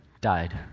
died